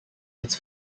its